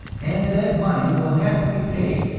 and that money will have to be paid,